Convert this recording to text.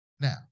Now